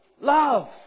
love